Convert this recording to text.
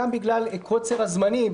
גם בגלל קוצר הזמנים,